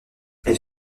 elle